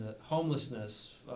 homelessness